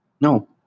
No